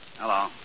Hello